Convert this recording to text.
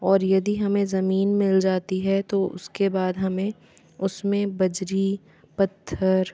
और यदि हमें ज़मीन मिल जाती है तो उसके बाद हमें उसमें बजरी पत्थर